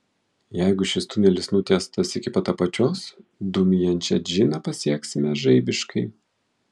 jeigu šis tunelis nutiestas iki pat apačios dūmijančią džiną pasieksime žaibiškai